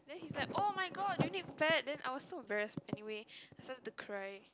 then he's like oh-my-god do you need pad then I was so embarrassed then anyway I started to cry